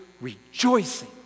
rejoicing